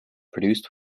produced